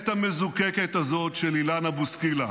אל מול האמת המזוקקת הזו של אילנה בוסקילה,